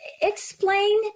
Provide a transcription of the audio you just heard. explain